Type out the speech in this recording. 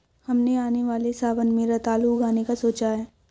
हमने आने वाले सावन में रतालू उगाने का सोचा है